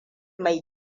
mai